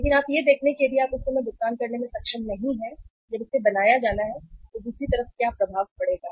लेकिन आप यह देखते हैं कि यदि आप उस समय भुगतान करने में सक्षम नहीं हैं जब इसे बनाया जाना है तो दूसरी तरफ क्या प्रभाव पड़ेगा